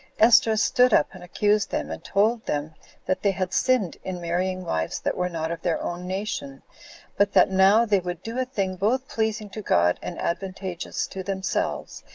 esdras stood up and accused them, and told them that they had sinned in marrying wives that were not of their own nation but that now they would do a thing both pleasing to god, and advantageous to themselves,